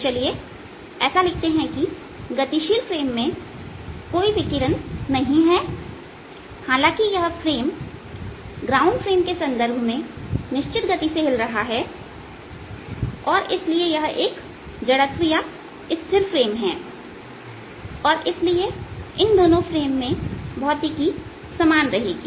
तो चलिए ऐसा लिखते हैं कि गतिशील फ्रेम में कोई विकिरण नहीं है हालांकि यह फ्रेम ग्राउंड फ्रेम के संदर्भ में निश्चित गति से हिल रहा है और इसलिए यह एक जड़त्व फ्रेम है और इसलिए इन दोनों फ्रेम में भौतिकी समान रहेगी